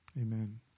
Amen